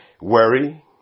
worry